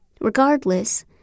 Regardless